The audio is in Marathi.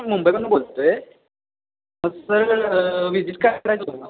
मुंबईवरुन बोलतो आहे सर विजिट करायचं